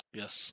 yes